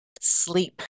sleep